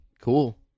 Cool